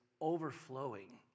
overflowing